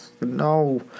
No